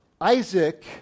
Isaac